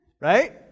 Right